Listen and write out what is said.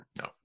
No